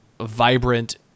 vibrant